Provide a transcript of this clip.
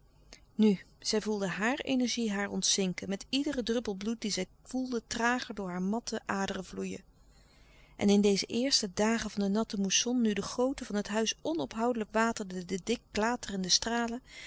nu zij voelde hàar energie haar ontzinken met iederen druppel bloed dien zij voelde trager door haar matte aderen vloeien en in deze eerste dagen van de natte moesson nu de gooten van het huis onophoudelijk waterden de dik klaterende stralen